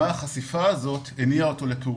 החשיפה הזאת הניעה אותו לפעולה.